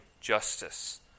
justice